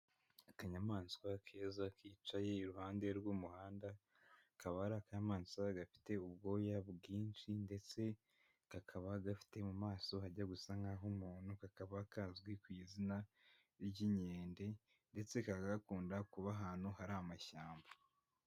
Akanyamaswa keza kicaye iruhande rw'umuhanda, akaba ari akamaswa gafite ubwoya bwinshi, ndetse kakaba gafite mu maso hajya gusa nk'ah'umuntu, kakaba kazwi ku izina ry'inkende, ndetse kakaba gakunda kuba ahantu hari amashyamba.